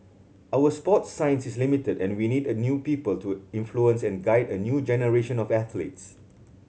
our sports science is limited and we need a new people to influence and guide a new generation of athletes